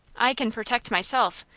i can protect myself,